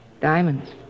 Diamonds